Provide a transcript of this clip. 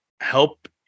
Help